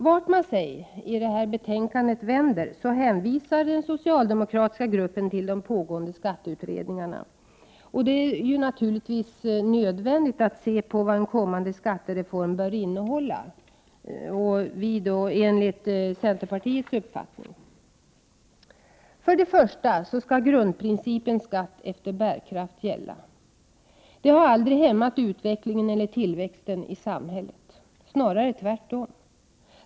Vart man sig i betänkandet vänder, hänvisar den socialdemokratiska gruppen till de pågående skatteutredningarna. Det är naturligtvis nödvändigt att se på vad en kommande skattereform bör innehålla enligt centerpartiets uppfattning. För det första skall grundprincipen ”skatt efter bärkraft” gälla. Den har aldrig hämmat utvecklingen eller tillväxten i samhället, snarare tvärtom.